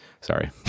Sorry